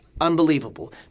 unbelievable